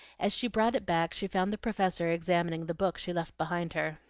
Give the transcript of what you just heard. as she brought it back she found the professor examining the book she left behind her.